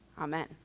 Amen